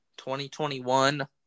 2021